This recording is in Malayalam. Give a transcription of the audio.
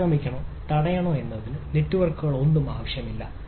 നിങ്ങളെ ആക്രമിക്കണോ തടയണോ എന്നതിന് നെറ്റ്വർക്കുകളൊന്നും ആവശ്യമില്ല